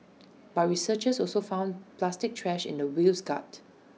but researchers also found plastic trash in the whale's gut